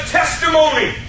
testimony